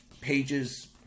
Pages